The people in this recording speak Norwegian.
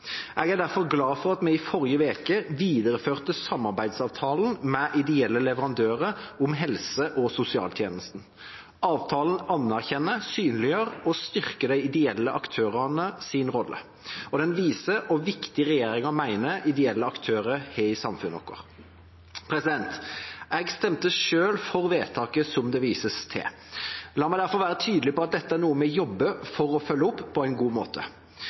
Jeg er derfor glad for at vi i forrige uke videreførte samarbeidsavtalen med ideelle leverandører om helse- og sosialtjenester. Avtalen anerkjenner, synliggjør og styrker de ideelle aktørenes rolle, og den viser hvor viktig regjeringen mener ideelle aktører er i samfunnet vårt. Jeg stemte selv for vedtaket som det vises til. La meg derfor være tydelig på at dette er noe vi jobber for å følge opp på en god måte.